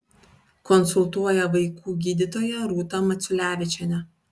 konsultuoja vaikų gydytoja rūta maciulevičienė